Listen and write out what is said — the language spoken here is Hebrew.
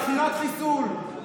מכירת חיסול,